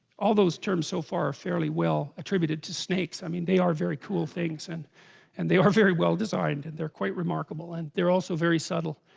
all those terms so far are fairly, well attributed to snakes i mean they are very cool things and and they are very well designed and they're quite remarkable and they're also very subtle